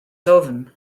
dwfn